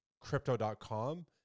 crypto.com